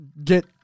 Get